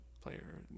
player